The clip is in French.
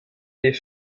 des